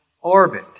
orbit